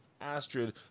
Astrid